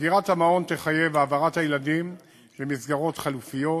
סגירת המעון תחייב העברת הילדים למסגרות חלופיות,